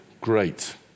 great